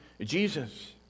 Jesus